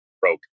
broke